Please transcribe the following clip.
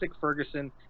Ferguson